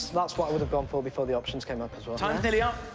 that's what i would have gone for before the options came up, as well. time's nearly up.